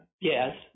Yes